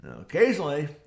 Occasionally